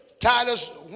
Titus